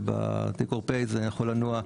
ובtake or pay- זה יכול לנוע,